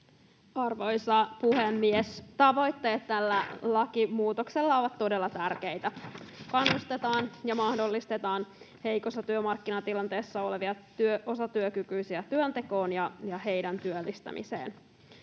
Arvoisa puhemies! Tavoitteet tällä lakimuutoksella ovat todella tärkeitä: kannustetaan heikossa työmarkkinatilanteessa olevia osatyökykyisiä työntekoon ja heidän työllistämiseensä